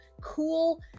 cool